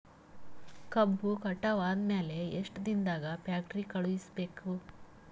ಕಬ್ಬು ಕಟಾವ ಆದ ಮ್ಯಾಲೆ ಎಷ್ಟು ದಿನದಾಗ ಫ್ಯಾಕ್ಟರಿ ಕಳುಹಿಸಬೇಕು?